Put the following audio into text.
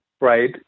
Right